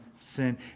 Sin